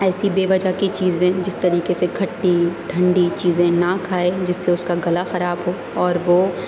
ایسی بے وجہ کی چیزیں جس طریقے سے کھٹی ٹھنڈی چیزیں نہ کھائے جس سے اس کا گلا خراب ہو اور وہ